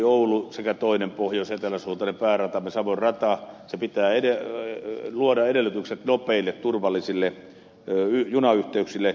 seinäjokioulu radalle sekä toiselle pohjoisetelä suuntaiselle pääradallemme savon radalle pitää luoda edellytykset nopeille turvallisille junayhteyksille